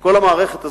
כל המערכת הזאת,